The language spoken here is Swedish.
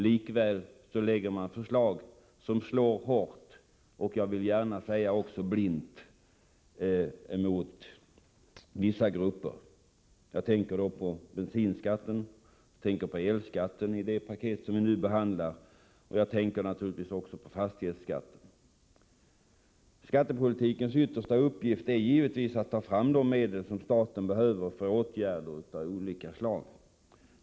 Likväl lägger man fram förslag som slår hårt — och blint, vill jag säga — mot vissa grupper. Jag tänker på bensinskatten och elskatten i det paket vi nu behandlar, och jag tänker naturligtvis också på fastighetsskatten. Skattepolitikens yttersta uppgift är givetvis att ta fram de medel som staten behöver för åtgärder av olika slag.